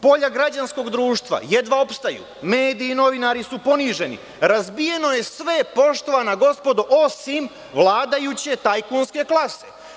Polja građanskog društva jedva opstaju, mediji i novinari su poniženi, razbijeno je sve, poštovana gospodo, osim vladajuće tajkunske klase.